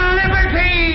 liberty